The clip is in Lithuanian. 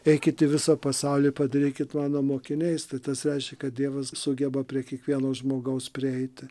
eikit į visą pasaulį padarykit mano mokiniais tai tas reiškia kad dievas sugeba prie kiekvieno žmogaus prieiti